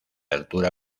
altura